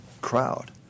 crowd